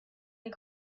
den